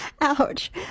Ouch